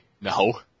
No